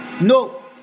No